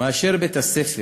מאשר בית-הספר,